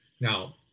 Now